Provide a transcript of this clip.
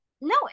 no